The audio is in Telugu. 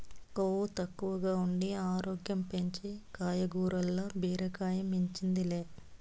కొవ్వు తక్కువగా ఉండి ఆరోగ్యం పెంచే కాయగూరల్ల బీరకాయ మించింది లే